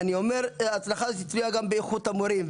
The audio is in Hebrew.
ההצלחה תלויה גם באיכות המורים,